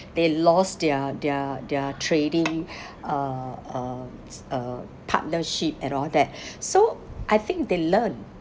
they lost their their their trading uh uh uh partnership and all that so I think they learnt